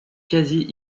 quasi